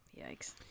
Yikes